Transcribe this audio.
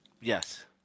Yes